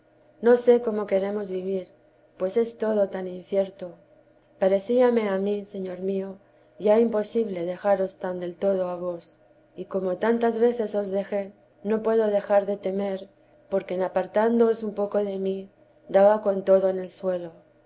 no sé cómo queremos vivir pues es todo tan incierto parecíame a mí señor mío ya imposible dejaros tan del todo a vos y como tantas veces os dejé no puedo dejar de temer porque en apartándoos un poco de mi daba con todo en el suelo